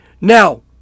Now